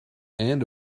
and